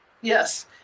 Yes